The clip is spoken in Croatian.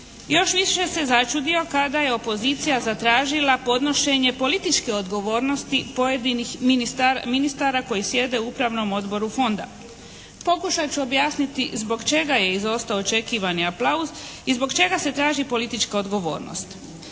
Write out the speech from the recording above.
Još više se začudio kada je opozicija zatražila podnošenje političke odgovornosti pojedinih ministara koji sjede u Upravnom odboru fonda. Pokušat ću objasniti zbog čega je izostao očekivani aplauz i zbog čega se traži politička odgovornost.